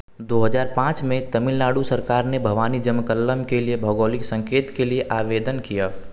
दो हज़ार पाँच में तमिलनाडु सरकार ने भवानी जमक्कलम के लिए भौगोलिक संकेत के लिए आवेदन किया